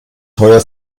teuer